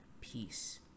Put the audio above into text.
peace